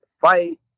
fight